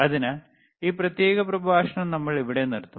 അതിനാൽ ഈ പ്രത്യേക പ്രഭാഷണം നമ്മൾ ഇവിടെ നിർത്തും